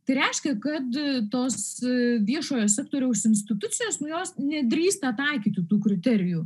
tai reiškia kad tos viešojo sektoriaus institucijos nu jos nedrįsta taikyti tų kriterijų